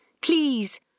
please